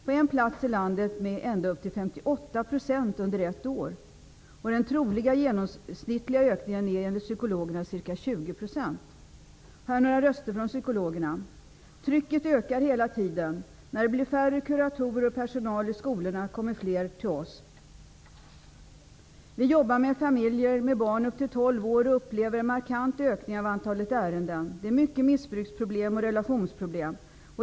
På en plats i landet har de ökat med 58 % under ett år. Den troliga genomsnittliga ökningen är enligt psykologerna ca Här följer några röster från psykologerna: Trycket ökar hela tiden. När det blir färre kuratorer och mindre personal i skolorna kommer fler till oss. Vi jobbar med familjer där det finns barn upp till tolv år och upplever en markant ökning av antalet ärenden. Det finns många missbruksproblem och relationsproblem.